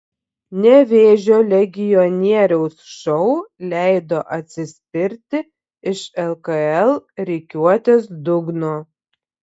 nevėžio legionieriaus šou leido atsispirti iš lkl rikiuotės dugno